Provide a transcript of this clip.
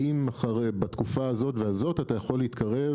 האם בתקופה הזאת והזאת אתה יכול להתקרב